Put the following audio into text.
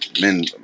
Men